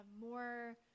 more